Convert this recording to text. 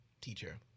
teacher